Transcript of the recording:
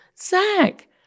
zach